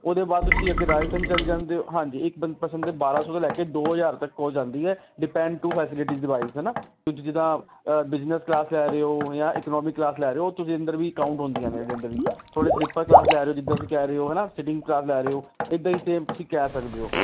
ਉਹਦੇ ਬਾਅਦ ਤੁਸੀਂ ਅੱਗੇ ਰਾਜਸਥਾਨ ਚਲੇ ਜਾਂਦੇ ਹੋ ਹਾਂਜੀ ਇੱਕ ਪਰਸਨ ਦੇ ਬਾਰ੍ਹਾਂ ਸੌ ਤੋਂ ਲੈ ਕੇ ਦੋ ਹਜ਼ਾਰ ਤੱਕ ਕੋਲ ਜਾਂਦੀ ਹੈ ਡਿਪੈਂਡ ਟੂ ਫੈਸਿਲਿਟੀਜ਼ ਵਾਈਜ਼ ਹੈ ਨਾ ਜਿੱਦਾ ਬਿਜਨਸ ਕਲਾਸ ਲੈ ਰਹੇ ਹੋ ਜਾਂ ਇਕਨੋਮਿਕ ਕਲਾਸ ਲੈ ਰਹੇ ਹੋ ਤੁਸੀਂ ਅੰਦਰ ਵੀ ਅਕਾਊਂਟ ਹੁੰਦੀਆਂ ਨੇ ਇਹਦੇ ਅੰਦਰ ਵੀ ਥੋੜ੍ਹੇ ਸਲਿੱਪਰ ਕਲਾਸ ਲੈ ਰਹੇ ਜਿੱਦਾਂ ਅਸੀਂ ਕਹਿ ਰਹੇ ਹੋ ਹੈ ਨਾ ਸਿਟਿੰਗ ਕਲਾਸ ਲੈ ਰਹੇ ਹੋ ਇੱਦਾਂ ਹੀ ਤੁਸੀਂ ਕਹਿ ਸਕਦੇ ਹੋ